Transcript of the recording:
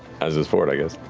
as is fjord, i guess.